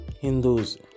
Hindus